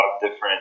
different